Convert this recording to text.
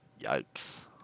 yikes